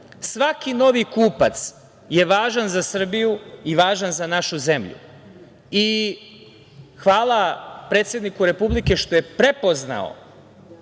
svaki novi kupac je važan za Srbiju i važan za našu zemlju i hvala predsedniku Republike što je prepoznao